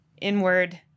inward